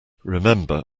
remember